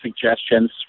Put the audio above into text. suggestions